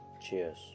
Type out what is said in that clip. Cheers